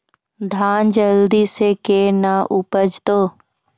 धान जल्दी से के ना उपज तो?